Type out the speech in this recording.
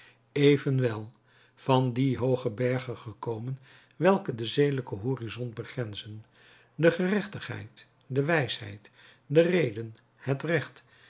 evenwel van die hooge bergen gekomen welke den zedelijken horizont begrenzen de gerechtigheid de wijsheid de reden het